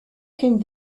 came